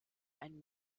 einen